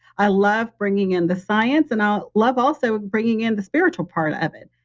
i love bringing in the science and i love also bringing in the spiritual part of it,